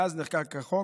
מאז נחקק החוק